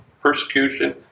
persecution